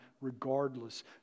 regardless